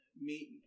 meet